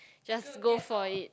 just go for it